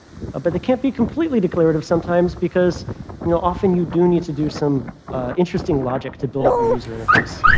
but they can't be completely declarative sometimes, because you know, often you do need to do some interesting logic to build up your user interface.